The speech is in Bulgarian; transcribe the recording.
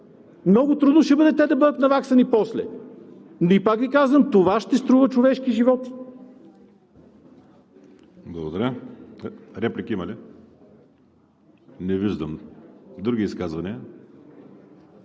Много трудно ще бъде те да бъдат наваксани после. И пак Ви казвам, това ще струва човешки животи!